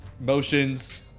motions